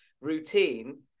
routine